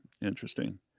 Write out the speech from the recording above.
interesting